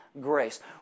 grace